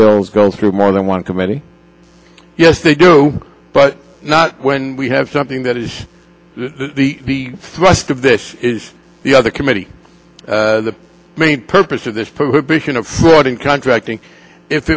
bills go through more than one committee yes they do but not when we have something that is the thrust of this is the other committee the main purpose of this board in contracting if